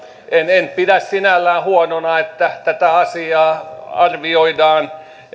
en pidä sinällään huonona että tätä asiaa arvioidaan